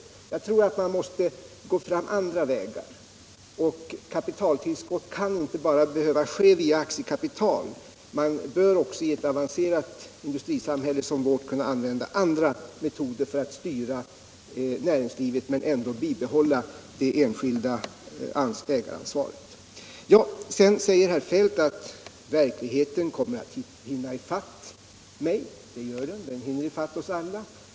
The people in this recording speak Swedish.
yrk eniga Jag tror att vi måste gå andra vägar. Kapitaltillskott behöver inte bara — Om åtgärder för att ske via aktiekapitalet. I ett avancerat industrisamhälle som vårt kan man = säkra sysselsättanvända andra metoder för att styra näringslivet men ändå bibehålla — ningen inom det enskilda ägaransvaret. järn och stålindu Herr Feldt förklarar att verkligheten kommer att hinna ifatt mig. Ja, = strin, m.m. det gör den. Den hinner ifatt oss alla.